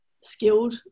skilled